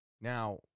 Now